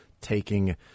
taking